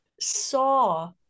saw